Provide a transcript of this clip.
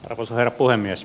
arvoisa herra puhemies